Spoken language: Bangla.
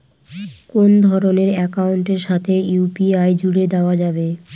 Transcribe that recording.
কোন ধরণের অ্যাকাউন্টের সাথে ইউ.পি.আই জুড়ে দেওয়া যাবে?